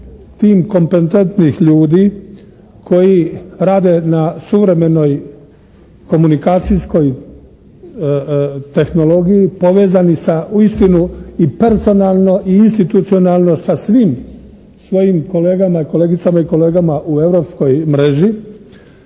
tim kompetentnih ljudi koji rade na suvremenoj komunikacijskoj tehnologiji povezani sa uistinu i personalno i institucionalno sa svim svojim kolegama, kolegicama i kolegama u europskoj mreži,